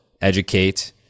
educate